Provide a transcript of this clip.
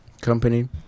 company